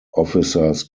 officers